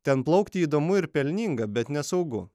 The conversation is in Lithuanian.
ten plaukti įdomu ir pelninga bet nesaugu